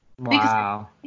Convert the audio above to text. Wow